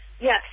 yes